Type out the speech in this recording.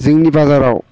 जोंनि बाजाराव